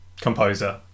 composer